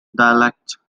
dialect